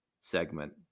segment